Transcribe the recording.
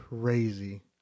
Crazy